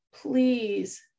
please